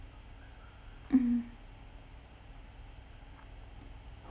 mmhmm